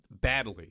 badly